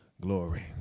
glory